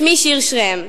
שמי שיר שרם,